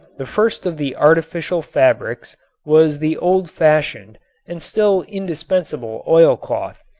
the first of the artificial fabrics was the old-fashioned and still indispensable oil-cloth,